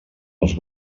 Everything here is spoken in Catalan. els